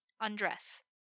Undress